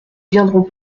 viendront